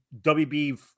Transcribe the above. wb